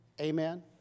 Amen